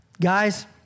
Guys